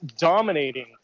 dominating